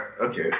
Okay